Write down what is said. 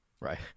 Right